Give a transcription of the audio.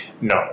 No